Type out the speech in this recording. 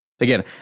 Again